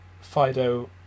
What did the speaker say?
Fido